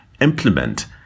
implement